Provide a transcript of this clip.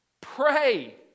pray